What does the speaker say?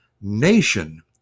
nation